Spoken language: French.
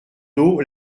dos